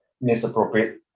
misappropriate